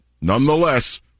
nonetheless